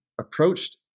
approached